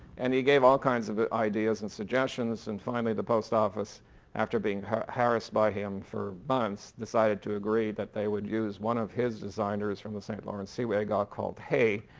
and he gave all kinds of ideas and suggestions and finally the post office after being harassed by him for months decided to agree that they would use one of his designers from the st. lawrence seaway a guy called haye,